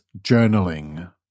journaling